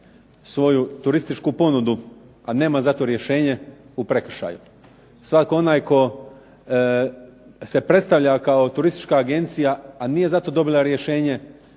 svoju turističku ponudu, a nema zato rješenje u prekršaju je. Svatko onaj tko se predstavlja kao turistička agencija, a nije zato dobila rješenje